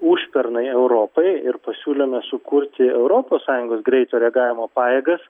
užpernai europai ir pasiūlėme sukurti europos sąjungos greito reagavimo pajėgas